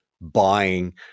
buying